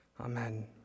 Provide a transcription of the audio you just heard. Amen